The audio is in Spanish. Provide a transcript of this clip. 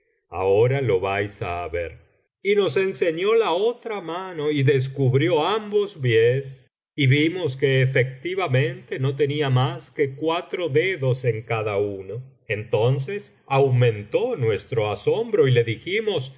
ahora lo vais á ver y nos enseñó la otra mano y descubrió ambos pies y vimos que efectivamente no tenía mas que cuatro dedos en cada uno entonces aumentó nuestro asombro y le dijimos